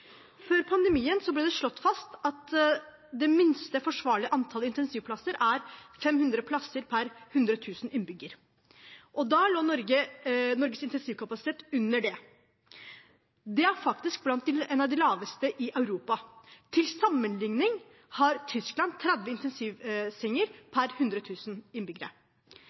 Før pandemien ble det slått fast at det minste forsvarlige antall intensivplasser er 500. Da lå Norges intensivkapasitet under det. Det er faktisk blant de laveste i Europa. Til sammenligning har Tyskland 30 intensivsenger per 100 000 innbyggere.